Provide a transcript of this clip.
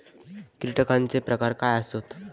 कीटकांचे प्रकार काय आसत?